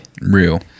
Real